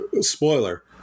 Spoiler